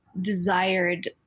desired